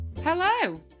Hello